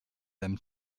them